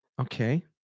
Okay